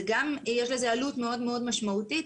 יש לזה עלות מאוד מאוד משמעותית.